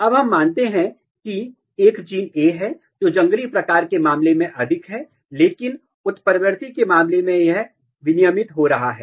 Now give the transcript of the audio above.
अब हम मानते हैं कि एक जीन ए है जो जंगली प्रकार के मामले में अधिक है लेकिन उत्परिवर्ती के मामले में यह विनियमित हो रहा है